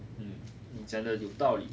um 你讲的有道理